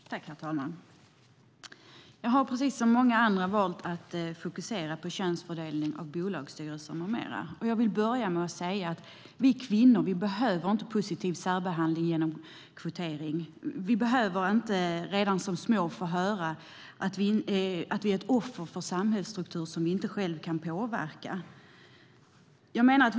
Herr talman! Jag har, precis som många andra, valt att fokusera på könsfördelning i bolagsstyrelser med mera. Jag vill börja med att säga att vi kvinnor inte behöver positiv särbehandling genom kvotering. Vi behöver inte redan som små höra att vi är offer för en samhällsstruktur som vi själva inte kan påverka.